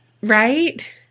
Right